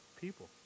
people